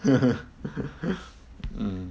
mm